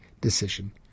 decision